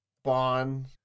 spawn